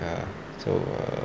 err so err